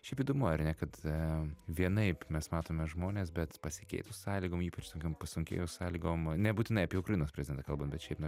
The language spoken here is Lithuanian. šiaip įdomu ar ne kad vienaip mes matome žmones bet pasikeitus sąlygom ypač tokiom pasunkėjus sąlygom nebūtinai apie ukrainos prezidentą kalbam bet šiaip na